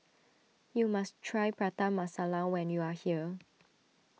you must try Prata Masala when you are here